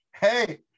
hey